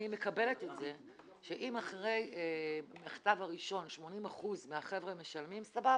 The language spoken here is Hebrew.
אני מקבלת את זה שאם אחרי המכתב הראשון 80% מהחבר'ה משלמים סבבה.